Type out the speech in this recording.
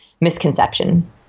misconception